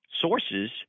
sources